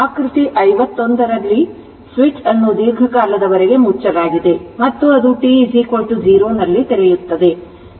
ಆಕೃತಿ 51 ರಲ್ಲಿ ಸ್ವಿಚ್ ಅನ್ನು ದೀರ್ಘಕಾಲದವರೆಗೆ ಮುಚ್ಚಲಾಗಿದೆ ಮತ್ತು ಅದು T 0 ನಲ್ಲಿ ತೆರೆಯುತ್ತದೆ